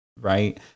right